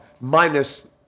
Minus